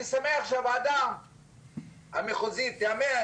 יש לך הערכה של זמן עד שזה יאושר או לא יאושר?